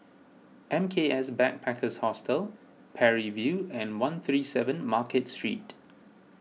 M K S Backpackers Hostel Parry View and one three seven Market Street